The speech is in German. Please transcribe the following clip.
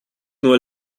nur